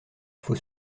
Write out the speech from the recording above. faut